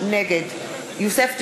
נגד יוסף ג'בארין,